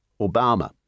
Obama